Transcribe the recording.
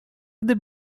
gdy